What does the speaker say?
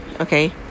Okay